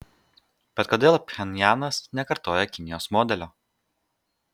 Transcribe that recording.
bet kodėl pchenjanas nekartoja kinijos modelio